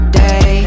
day